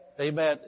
Amen